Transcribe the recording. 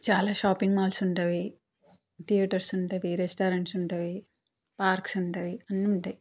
చాలా shopping malls ఉంటాయి theatres ఉంటాయి రెస్టారెంట్స్ ఉంటాయి పార్క్స్ ఉంటాయి అన్నుంటాయి